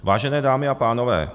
Vážené dámy a pánové.